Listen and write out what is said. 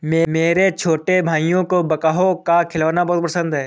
मेरे छोटे भाइयों को बैकहो का खिलौना बहुत पसंद है